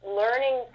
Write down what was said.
learning